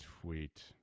tweet